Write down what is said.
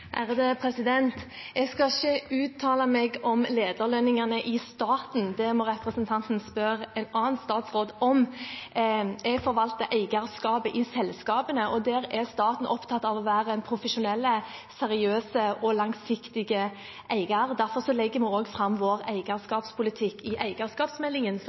Jeg skal ikke uttale meg om lederlønningene i staten. Det må representanten spørre en annen statsråd om. Jeg forvalter eierskapet i selskapene, og der er staten opptatt av å være en profesjonell, seriøs og langsiktig eier. Derfor legger vi også fram vår eierskapspolitikk i eierskapsmeldingen,